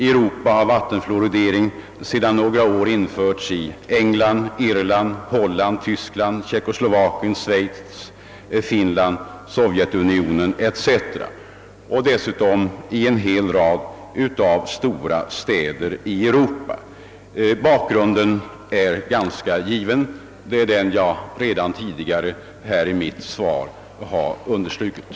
I Europa har vattenfluoridering sedan några år införts i England, Irland, Holland, Tyskland, Tjeckoslovakien, Schweiz, Finland, Sovjetunionen etc. och dessutom i en rad städer i Europa. Bakgrunden är given — det är den som jag redan tidigare har understrukit i mitt svar.